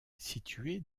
située